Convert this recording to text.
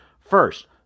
First